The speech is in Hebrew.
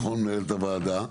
נכון מנהלת הוועדה,